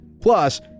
Plus